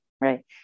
Right